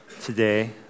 today